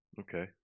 Okay